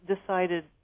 decided